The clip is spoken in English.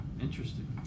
Interesting